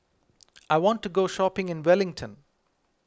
I want to go shopping in Wellington